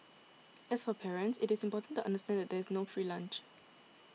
as for parents it is important to understand that there is no free lunch